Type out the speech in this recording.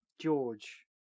George